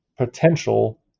Potential